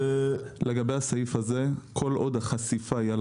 לגבי הסעיף הזה: כל עוד החשיפה היא על